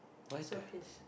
so fierce